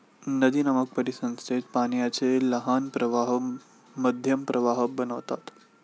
नदीनामक परिसंस्थेत पाण्याचे लहान प्रवाह मध्यम प्रवाह बनतात